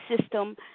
system